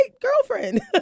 girlfriend